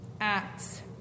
Acts